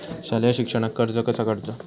शालेय शिक्षणाक कर्ज कसा काढूचा?